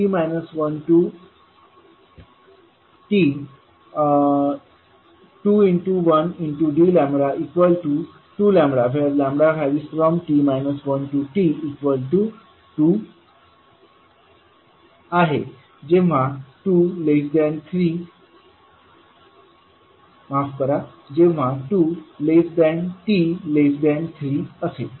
तर काय होईल ytt 1t21d2λ।t 1t 22t3 असेल